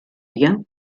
dir